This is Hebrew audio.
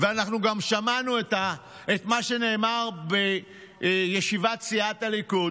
ואנחנו גם שמענו את מה שנאמר בישיבת סיעת הליכוד.